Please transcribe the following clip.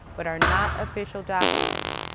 but are not official documents.